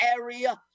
area